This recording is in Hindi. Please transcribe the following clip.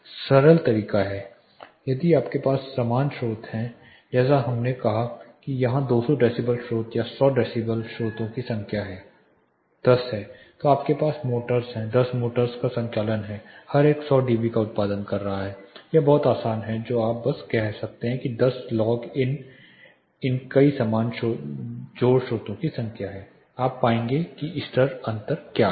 सरल तरीका यदि आपके पास समान स्रोत हैं जैसे हमने कहा कि यहां 200 डेसीबल स्रोत या 100 डेसिबल स्रोतों की संख्या 10 है तो आपके पास मोटर्स हैं 10 मोटर्स का संचालन है हर एक 100 डीबी का उत्पादन कर रहा है यह बहुत आसान है जो आप बस कह सकते हैं 10 लॉग एन एन कई समान ज़ोर स्रोतों की संख्या है आप पाएंगे कि स्तर अंतर क्या है